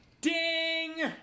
Ding